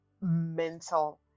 mental